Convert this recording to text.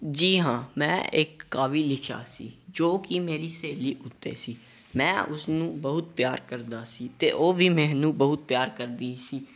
ਜੀ ਹਾਂ ਮੈਂ ਇੱਕ ਕਾਵਿ ਲਿਖਿਆ ਸੀ ਜੋ ਕੀ ਮੇਰੀ ਸਹੇਲੀ ਉੱਤੇ ਸੀ ਮੈਂ ਉਸਨੂੰ ਬਹੁਤ ਪਿਆਰ ਕਰਦਾ ਸੀ ਅਤੇ ਉਹ ਵੀ ਮੈਨੂੰ ਬਹੁਤ ਪਿਆਰ ਕਰਦੀ ਸੀ